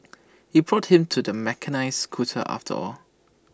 he bought him to the mechanised scooter after all